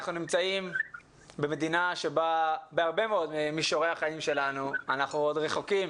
אנחנו נמצאים במדינה שבהרבה מישורים בחיים שלנו אנחנו עוד רחוקים